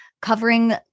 covering